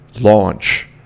launch